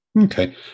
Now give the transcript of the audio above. Okay